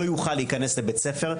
לא יוכל להיכנס לבית ספר.